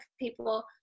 people